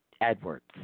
Edwards